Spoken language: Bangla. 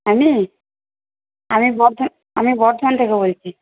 আমি আমি বর্ধমান থেকে বলছি